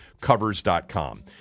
covers.com